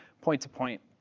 point-to-point